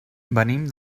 venim